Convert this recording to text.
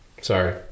Sorry